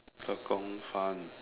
Tekong fun